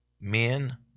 Men